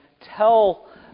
tell